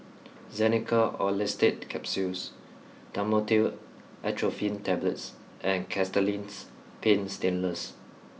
Xenical Orlistat Capsules Dhamotil Atropine Tablets and Castellani's Paint Stainless